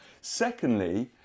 Secondly